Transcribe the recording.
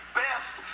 best